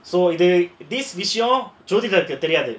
so this this விஷயம் ஜோதிடருக்கு தெரியாது:vishayam jodhidarukku theriyaathu